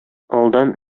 алдан